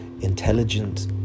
intelligent